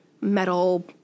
metal